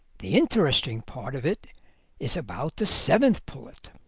the interesting part of it is about the seventh pullet,